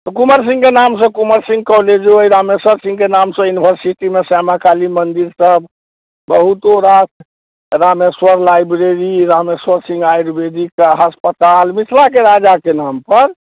तऽ कुमर सिंहके नामसँ कुमर सिंह कॉलेजो अइ रामेशर सिंहके नामसँ यूनिवर्सिटीमे श्यामा काली मन्दिर तऽ बहुतो रास रामेश्वर लाइब्रेरी रामेश्वर सिंह आयुर्वेदिक कऽ अस्पताल मिथिलाके राजाके नाम पर